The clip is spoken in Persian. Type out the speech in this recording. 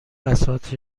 بساط